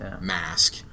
mask